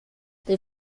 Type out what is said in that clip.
der